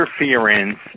interference